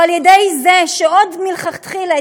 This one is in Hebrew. או על-ידי זה שעוד מלכתחילה,